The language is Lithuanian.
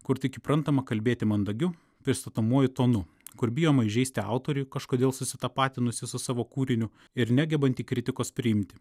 kur tik įprantama kalbėti mandagiu pristatomuoju tonu kur bijoma įžeisti autorių kažkodėl susitapatinusį su savo kūriniu ir negebantį kritikos priimti